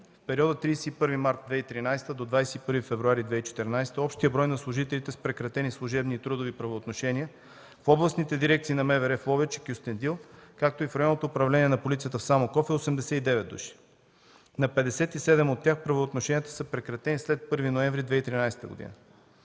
В периода от 31 март 2013 до 21 февруари 2014 г. общият брой на служителите с прекратени служебни и трудови правоотношения в областните дирекции на МВР в Ловеч и Кюстендил, както и в Районното управление на Полицията в Самоков е 89 души. На 57 от тях правоотношенията са прекратени след 1 ноември 2013 г.